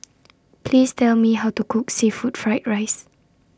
Please Tell Me How to Cook Seafood Fried Rice